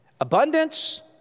abundance